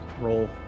role